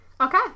Okay